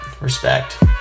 Respect